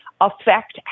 affect